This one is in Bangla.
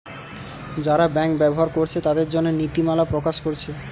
যারা ব্যাংক ব্যবহার কোরছে তাদের জন্যে নীতিমালা প্রকাশ কোরছে